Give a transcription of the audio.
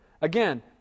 Again